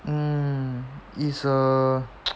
mm it's a